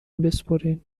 بسپرین